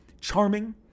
charming